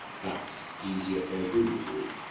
that's easier for google to read,